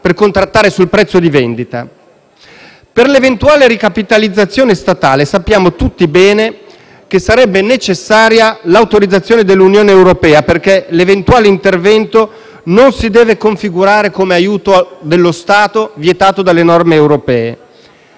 per contrattare sul prezzo di vendita. Per l'eventuale ricapitalizzazione statale, sappiamo tutti bene che sarebbe necessaria l'autorizzazione dell'Unione europea, perché l'eventuale intervento non si deve configurare come aiuto dello Stato vietato dalle norme europee.